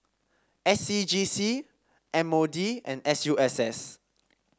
S C G C M O D and S U S S